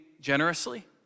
generously